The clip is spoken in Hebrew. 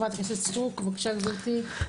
חברת הכנסת סטרוק, בבקשה, גברתי.